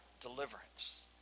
deliverance